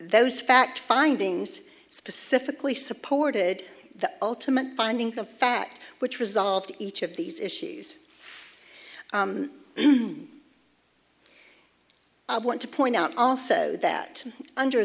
those fact findings specifically supported the ultimate findings of fact which resolved each of these issues i want to point out also that under